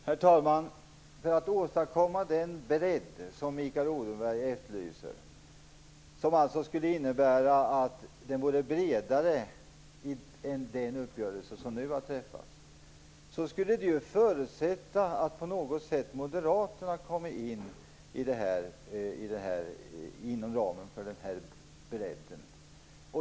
Herr talman! Att åstadkomma den breda uppgörelse som Mikael Odenberg efterlyser, som alltså skulle vara bredare än den uppgörelse som nu har träffats, skulle förutsätta att Moderaterna på något sätt kom in i detta.